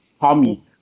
Tommy